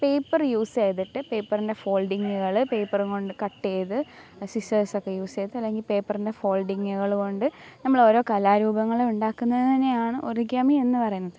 paper use ചെയ്തിട്ട് പേപ്പറിൻ്റെ ഫോൾഡിങ്ങുകൾ പേപ്പറുംകൊണ്ട് കട്ട് ചെയ്ത് സിസേർസൊക്കെ യൂസ് ചെയ്ത് അല്ലെങ്കിൽ പേപ്പറിന്റ ഫോൾഡിങ്ങുകൾ കൊണ്ട് നമ്മൾ ഓരോ കലാരൂപങ്ങളുണ്ടാക്കുന്നതിനെയാണ് ഒറിഗാമി എന്നുപറയുന്നത്